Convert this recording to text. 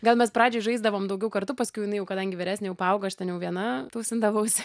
gal mes pradžioj žaisdavom daugiau kartu paskiau jinai jau kadangi vyresnė jau paaugo aš ten jau viena tūsindavausi